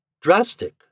Drastic